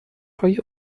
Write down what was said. های